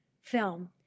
film